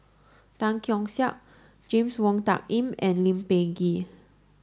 Tan Keong Saik James Wong Tuck Yim and Lee Peh Gee